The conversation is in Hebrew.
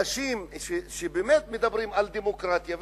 אנשים שבאמת מדברים על דמוקרטיה,